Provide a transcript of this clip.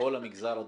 בכל המגזר הדרוזי.